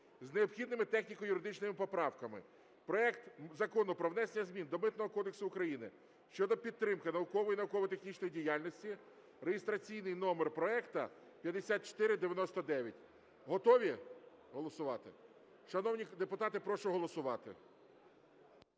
з необхідними техніко-юридичними поправками проект Закону про внесення змін до Митного кодексу України щодо підтримки наукової і науково-технічної діяльності (реєстраційний номер проекту 5499). Готові голосувати? Шановні депутати, прошу голосувати.